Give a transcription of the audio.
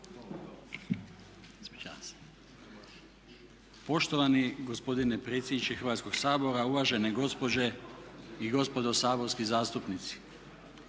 Poštovani gospodine predsjedniče Hrvatskoga sabora, uvažene gospođe i gospodo saborski zastupnici.